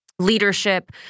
leadership